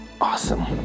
awesome